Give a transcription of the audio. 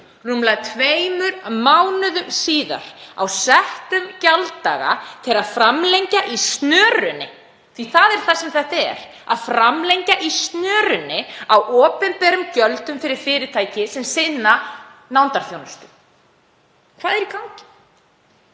rúmlega tveimur mánuðum síðar, á settum gjalddaga, til að framlengja í snörunni. Það er það sem þetta er, að framlengja í snörunni á opinberum gjöldum fyrir fyrirtæki sem sinna nándarþjónustu. Hvað er í gangi?